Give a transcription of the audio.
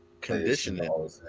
conditioning